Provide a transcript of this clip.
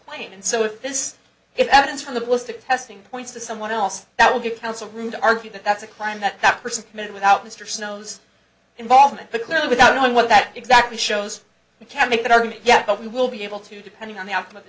plane and so if this is evidence from the ballistics testing points to someone else that will give counsel room to argue that that's a crime that that person committed without mr snow's involvement but clearly without knowing what that exactly shows we can make that argument yet but we will be able to depending on the outcome of the